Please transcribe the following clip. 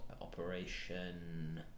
Operation